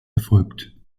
erfolgt